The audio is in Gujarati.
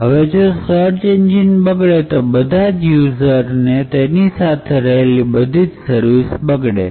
હવે જો સર્ચ એન્જિન બગડે તો બધા જ યુઝર અને તેની સાથે રહેલ બધી જ સર્વિસ બગડે